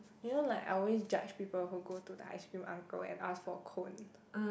you know like I'll always judge people who go to the ice cream uncle and ask for cone